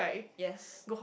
yes